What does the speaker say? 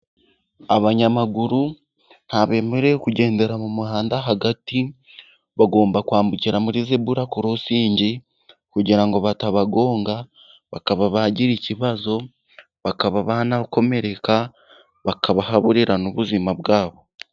Abanyamaguru, ntabemerewe kugendera mu muhanda hagati, bagomba kwambukira muri zebula kurosingi kugira ngo batabagonga, bakaba bagira ikibazo, bakaba banakomereka, bakahaburira ubuzima bwabo.